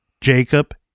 Jacob